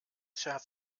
schert